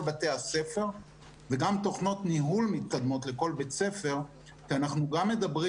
בתי הספר וגם תוכנות ניהול מתקדמות לכל בית ספר כי אנחנו גם מדברים,